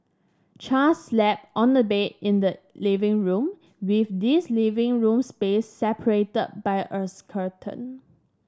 char slept on a bed in the living room with his living room space separated by a curtain